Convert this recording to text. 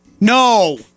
No